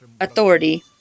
authority